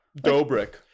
Dobrik